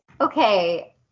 Okay